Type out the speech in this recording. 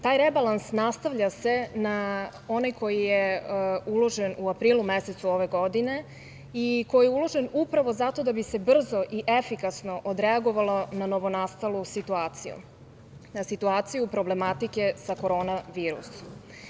Taj rebalans nastavlja se na onaj koji je uložen u aprilu mesecu ove godine i koji je uložen upravo zato da bi se brzo i efikasno odreagovalo na novonastalu situaciju, na situaciju problematike sa korona virusom.